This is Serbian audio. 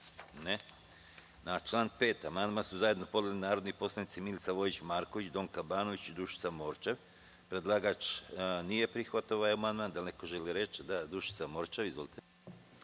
(Ne)Na član 5. amandman su zajedno podnele narodni poslanici Milica Vojić Marković, Donka Banović i Dušica Morčev. Predlagač nije prihvatio ovaj amandman. Da li neko želi reč? (Da)Reč ima Dušica Morčev. Izvolite.